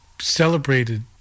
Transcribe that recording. celebrated